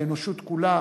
האנושות כולה